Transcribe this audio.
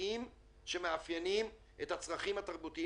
ייחודיים שמאפיינים את הצרכים התרבותיים